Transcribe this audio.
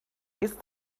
ist